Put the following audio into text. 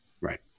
Right